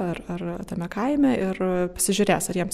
ar ar tame kaime ir pasižiūrės ar jiems